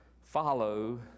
follow